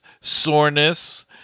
soreness